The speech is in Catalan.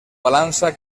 balança